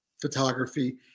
photography